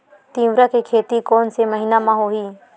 तीवरा के खेती कोन से महिना म होही?